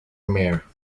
mare